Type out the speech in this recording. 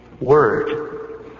word